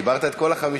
נחמן, דיברת את כל ה-50.